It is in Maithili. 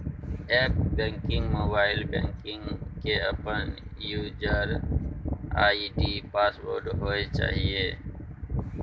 एप्प बैंकिंग, मोबाइल बैंकिंग के अपन यूजर आई.डी पासवर्ड होय चाहिए